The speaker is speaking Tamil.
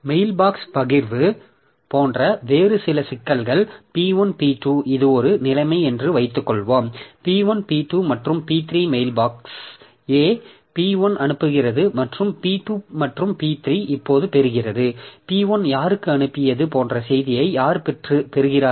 மெயில்பாக்ஸ் பகிர்வு போன்ற வேறு சில சிக்கல்கள் P1 P2 இது ஒரு நிலைமை என்று வைத்துக்கொள்வோம் P1 P2 மற்றும் P3 மெயில்பாக்ஸ் A P1 அனுப்புகிறது மற்றும் P2 மற்றும் P3 இப்போது பெறுகிறது P1 யாருக்கு அனுப்பியது போன்ற செய்தியை யார் பெறுகிறார்கள்